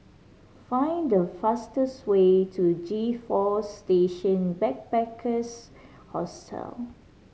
find the fastest way to G Four Station Backpackers Hostel